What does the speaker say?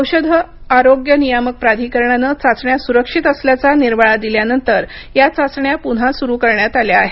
औषधं आरोग्य नियामक प्राधिकरणाने चाचण्या सुरक्षित असल्याचा निर्वाळा दिल्यानंतर या चाचण्या पुन्हा सुरू करण्यात आल्या आहेत